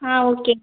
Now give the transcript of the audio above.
ஆ okay